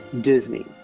Disney